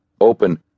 open